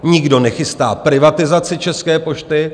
Nikdo nechystá privatizaci České pošty.